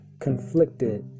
conflicted